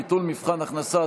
ביטול מבחן הכנסה),